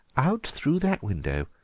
out through that window,